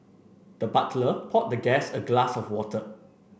the butler poured the guest a glass of water